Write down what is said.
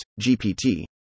GPT